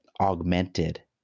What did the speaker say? augmented